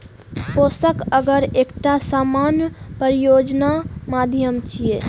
पोषक अगर एकटा सामान्य प्रयोजन माध्यम छियै